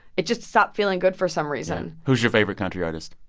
it just stopped feeling good for some reason who's your favorite country artist?